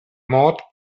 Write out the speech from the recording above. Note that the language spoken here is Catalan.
mot